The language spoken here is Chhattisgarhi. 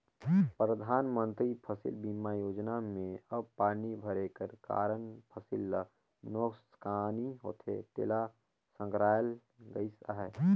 परधानमंतरी फसिल बीमा योजना में अब पानी भरे कर कारन फसिल ल नोसकानी होथे तेला संघराल गइस अहे